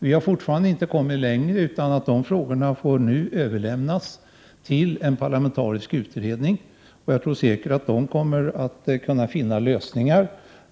Vi har fortfarande inte kommit längre, utan dessa frågor får nu överlämnas till en parlamentarisk utredning, som säkert kommer att kunna finna lösningar.